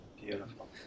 beautiful